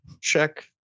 Check